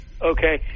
Okay